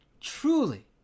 truly